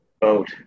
vote